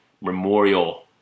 Memorial